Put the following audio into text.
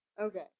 Okay